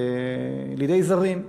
לידי זרים,